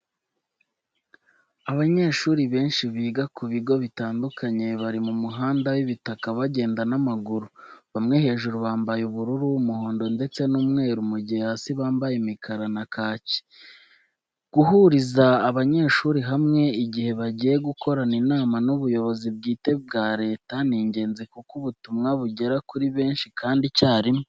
Abanyeshuri benshi biga ku bigo bitandukanye bari mu muhanda w'ibitaka bagenda n'amaguru. Bamwe hejuru bambaye ubururu, umuhondo ndetse n'umweru mu gihe hasi bambaye imikara na kaki. Guhuriza abanyeshuri hamwe igihe bagiye gukorana inama n'ubuyobozi bwite bwa Leta ni ingenzi kuko ubutumwa bugera kuri benshi kandi icyarimwe.